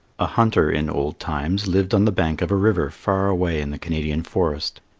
a hunter in old times lived on the bank of a river far away in the canadian forest.